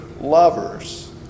lovers